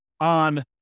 on